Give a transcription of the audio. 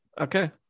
okay